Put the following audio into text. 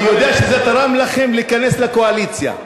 אני יודע שזה תרם לכם להיכנס לקואליציה.